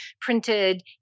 printed